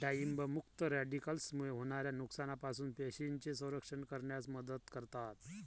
डाळिंब मुक्त रॅडिकल्समुळे होणाऱ्या नुकसानापासून पेशींचे संरक्षण करण्यास मदत करतात